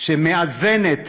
שמאזנת